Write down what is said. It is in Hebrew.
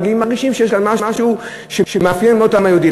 מרגישים שיש כאן משהו שמאפיין מאוד את העם היהודי.